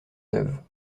neuve